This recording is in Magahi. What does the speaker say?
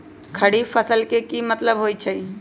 खरीफ फसल के की मतलब होइ छइ?